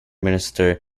minister